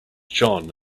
john